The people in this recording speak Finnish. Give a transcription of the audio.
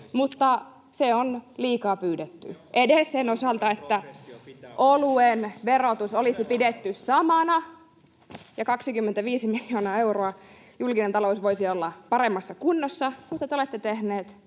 mutta se on liikaa pyydetty edes sen osalta, että oluen verotus olisi pidetty samana ja 25 miljoonaa euroa julkinen talous voisi olla paremmassa kunnossa. Te olette tehneet